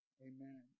Amen